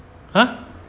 !huh!